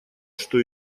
что